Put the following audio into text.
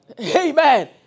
Amen